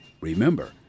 Remember